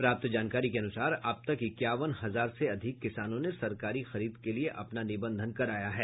प्राप्त जानकारी के अनुसार अब तक इक्यावन हजार से अधिक किसानों ने सरकारी खरीद के लिये अपना निबंधन कराया है